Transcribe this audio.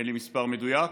אין לי מספר מדויק,